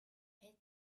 head